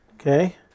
Okay